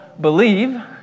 believe